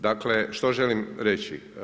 Dakle što želim reći?